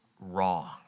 wrong